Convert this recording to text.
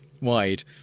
wide